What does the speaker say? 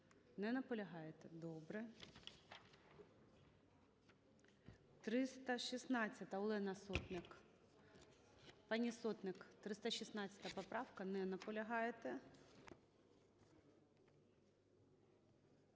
Не наполягаєте? Добре. 316-а, Олена Сотник. Пані Сотник, 316 поправка? Не наполягаєте. 317-а,